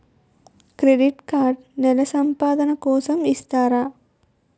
Credit card నెల సంపాదన కోసం ఇస్తారా?